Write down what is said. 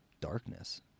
darkness